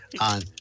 on